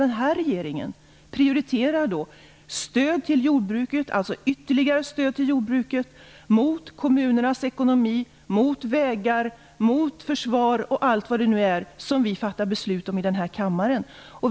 Den här regeringen prioriterar då ytterligare stöd till jordbruket, mot kommunernas ekonomi, mot vägar, mot försvar och mot allt vad det är som vi fattar beslut om här i kammaren.